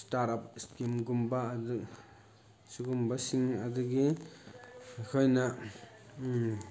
start up ꯏꯁꯀꯤꯝꯒꯨꯝꯕ ꯑꯗ ꯁꯤꯒꯨꯝꯕꯁꯤꯡ ꯑꯗꯒꯤ ꯑꯩꯈꯣꯏꯅ